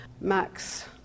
Max